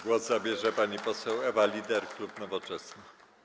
Głos zabierze pani poseł Ewa Lieder, klub Nowoczesna.